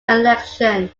election